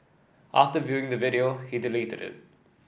after viewing the video he deleted it